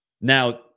Now